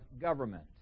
government